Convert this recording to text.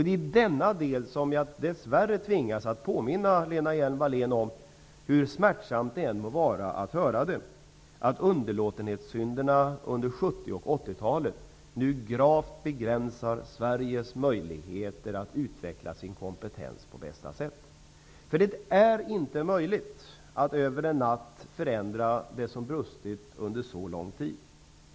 Det är i denna del som jag dess värre tvingas att påminna Lena Hjelm-Wallén om, hur smärtsamt det än må vara att höra det, att underlåtenhetssynderna under 70 och 80-talet nu gravt begränsar Sveriges möjligheter att utveckla sin kompetens på bästa sätt. För det är inte möjligt att över en natt förändra det som brustit under så lång tid.